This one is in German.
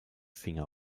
finger